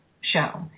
show